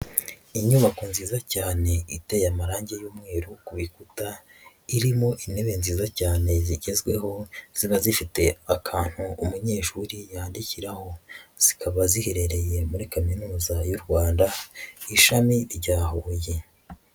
Inyubako nziza cyane iteye amarangi y'umweru ku bikuta irimo intebe nziza cyane zigezweho, ziba zifite akantu umunyeshuri yandikiraho, zikaba ziherereye muri kaminuza y'u Rwanda, ishami rya Huye.